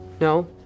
No